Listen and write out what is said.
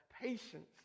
patience